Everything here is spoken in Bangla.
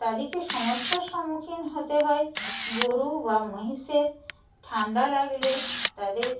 তাদেরকে সমস্যার সম্মুখীন হতে হয় গোরু বা মহিষের ঠান্ডা লাগলে তাদের